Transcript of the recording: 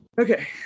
Okay